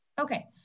Okay